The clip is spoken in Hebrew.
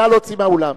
נא להוציא מהאולם.